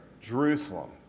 Jerusalem